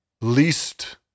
least